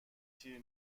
تیر